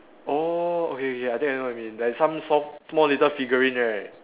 oh okay okay I think I know what you mean like some soft small little figurine right